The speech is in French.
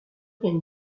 rien